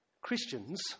Christians